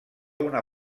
una